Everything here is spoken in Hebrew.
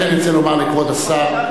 אני רוצה לומר לכבוד השר,